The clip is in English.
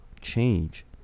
change